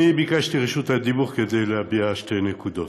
ביקשתי את רשות הדיבור כדי להביע שתי נקודות: